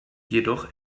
jedoch